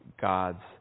God's